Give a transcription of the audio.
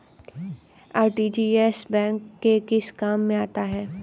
RTGS bank के किस काम में आता है?